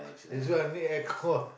this one need air con